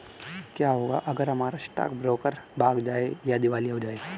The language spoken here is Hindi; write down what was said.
क्या होगा अगर हमारा स्टॉक ब्रोकर भाग जाए या दिवालिया हो जाये?